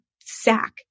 sack